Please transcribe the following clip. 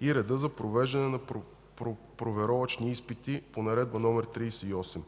и реда за провеждане на проверовъчни изпити по Наредба №